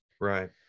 Right